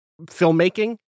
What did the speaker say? filmmaking